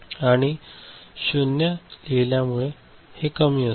आणि 0 लिहिल्या मुळे हे कमी असेल